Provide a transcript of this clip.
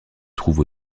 trouve